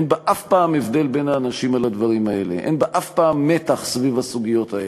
אין בה אף פעם הבדל בין האנשים בדברים האלה,